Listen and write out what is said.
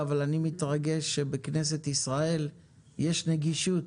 אבל אני מתרגש שבכנסת ישראל יש נגישות.